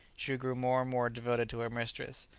she grew more and more devoted to her mistress,